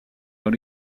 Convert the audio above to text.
dans